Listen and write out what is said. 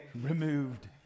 Removed